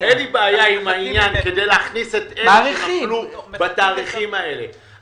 אין לי בעיה עם העניין כדי להכניס אלה שנפלו בתאריכים האלה,